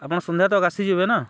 ଆପଣ୍ ସନ୍ଧ୍ୟା ତକ୍ ଆସିଯିବେ ନା